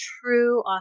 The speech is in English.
true